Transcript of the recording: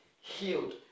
healed